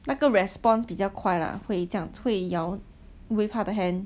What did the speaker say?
那个 response 比较快 lah 会这样会摇 wave 他的 hand